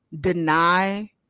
deny